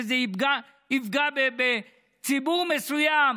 שזה יפגע בציבור מסוים?